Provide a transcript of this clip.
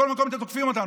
בכל מקום אתם תוקפים אותנו.